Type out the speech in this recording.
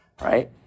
right